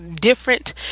different